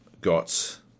got